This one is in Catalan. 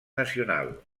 nacional